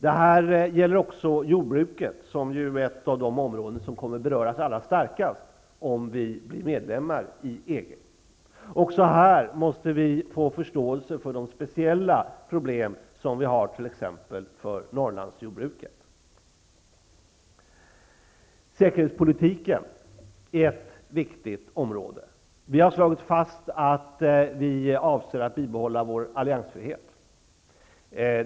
Detta gäller också jordbruket, som är ett av de områden som kommer att beröras allra starkast om vi blir medlemmar i EG. Även här måste vi få förståelse för de speciella problem som vi har, t.ex. Säkerhetspolitiken är ett viktigt område. Vi har slagit fast att vi avser att bibehålla vår alliansfrihet.